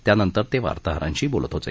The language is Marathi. त्यानंतर ते वार्ताहरांशी बोलत होते